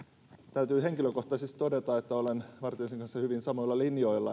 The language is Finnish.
täytyy henkilökohtaisesti todeta että olen vartiaisen kanssa hyvin samoilla linjoilla